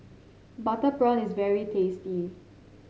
Butter Prawn is very tasty